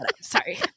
sorry